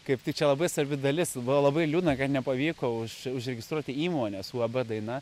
kaip tik čia labai svarbi dalis buvo labai liūdna kad nepavyko už užregistruoti įmonės uab daina